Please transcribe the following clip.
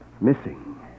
Missing